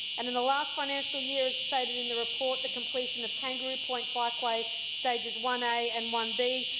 and in the last financial year, as stated in the report, the completion of kangaroo point bikeway stages one a and one b,